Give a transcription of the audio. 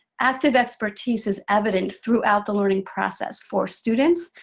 active expertise is evident throughout the learning process for students,